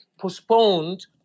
postponed